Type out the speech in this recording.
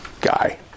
guy